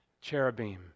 cherubim